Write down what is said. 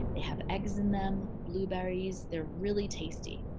they have eggs in them, blueberries they're really tasty.